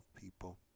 people